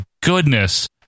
goodness